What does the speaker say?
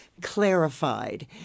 clarified